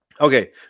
Okay